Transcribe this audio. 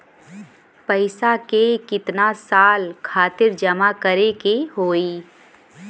पैसा के कितना साल खातिर जमा करे के होइ?